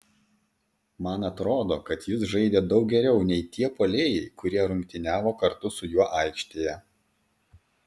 man atrodo kad jis žaidė daug geriau nei tie puolėjai kurie rungtyniavo kartu su juo aikštėje